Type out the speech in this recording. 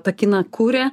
tą kiną kūrė